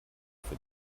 für